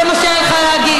זה מה שהיה לך להגיד.